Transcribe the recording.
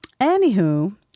Anywho